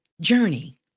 journey